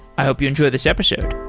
i hope you enjoy this episode.